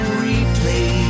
replay